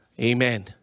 Amen